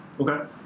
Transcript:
Okay